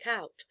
out